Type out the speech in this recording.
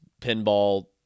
pinball